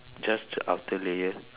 just the outer layer